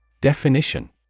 Definition